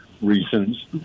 reasons